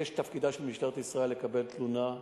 תפקידה של משטרה ישראל לקבל תלונה.